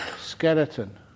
skeleton